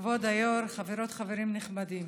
כבוד היו"ר, חברות וחברים נכבדים,